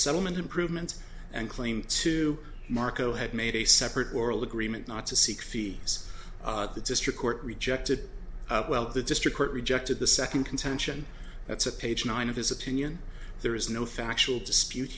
settlement improvements and claim to marco had made a separate oral agreement not to seek fees at the district court rejected well the district court rejected the second contention that's a page nine of his opinion there is no factual dispute